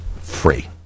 free